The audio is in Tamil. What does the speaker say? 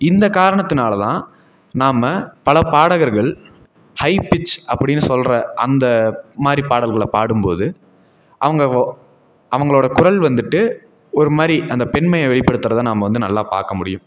இந்த காரணத்துனால் தான் நாம் பல பாடகர்கள் ஹை பிட்ச் அப்படின்னு சொல்கிற அந்த மாதிரி பாடல்களை பாடும்போது அவங்க அவங்களோட குரல் வந்துட்டு ஒருமாதிரி அந்த பெண்மையை வெளிப்படுத்தறதை நாம் வந்து நல்லா பார்க்க முடியும்